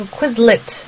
Quizlet